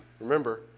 Remember